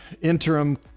interim